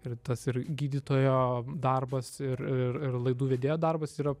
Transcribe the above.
ir tas ir gydytojo darbas ir ir ir laidų vedėjo darbas yra